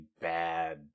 bad